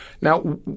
Now